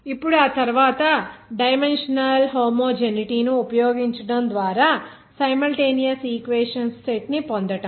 ఇప్పుడు ఆ తరువాత డైమెన్షనల్ హూమోజెనిటీ ను ఉపయోగించడం ద్వారా సైమల్టేనియస్ ఈక్వెషన్స్ సెట్ ని పొందండి